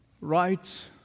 rights